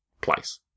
place